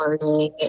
learning